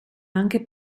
anche